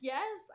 Yes